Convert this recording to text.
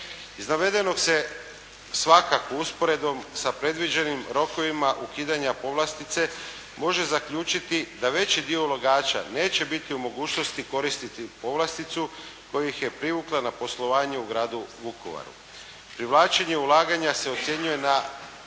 Iz navedenog se, svakako usporedbom sa predviđenim rokovima ukidanja povlastice može zaključiti da veći dio ulagača neće biti u mogućnosti koristiti povlasticu, koja ih je privukla na poslovanju u Gradu Vukovaru. Privlačenje ulaganja se ocjenjuje na